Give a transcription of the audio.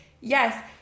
yes